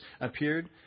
appeared